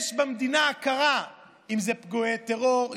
יש במדינה הכרה אם אלה פיגועי טרור,